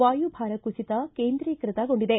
ವಾಯುಭಾರ ಕುಸಿತ ಕೇಂದ್ರೀಕ್ವತಗೊಂಡಿದೆ